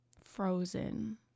frozen